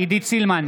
עידית סילמן,